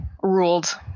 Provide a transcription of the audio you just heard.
ruled